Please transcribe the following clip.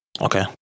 Okay